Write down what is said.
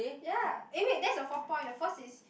ya eh wait that's the fourth point the first is